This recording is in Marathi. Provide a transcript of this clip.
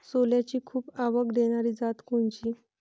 सोल्याची खूप आवक देनारी जात कोनची?